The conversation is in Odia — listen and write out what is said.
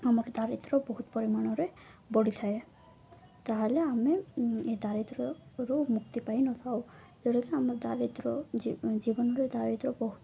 ଆମର ଦାରିଦ୍ର ବହୁତ ପରିମାଣରେ ବଢ଼ିଥାଏ ତାହେଲେ ଆମେ ଏ ଦାରିଦ୍ରରୁ ମୁକ୍ତି ପାଇନଥାଉ ଯେଉଁଟାକି ଆମର ଦାରିଦ୍ର ଜୀବନରେ ଦାରିଦ୍ର ବହୁତ